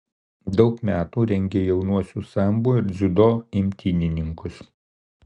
daug metų rengė jaunuosius sambo ir dziudo imtynininkus